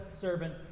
servant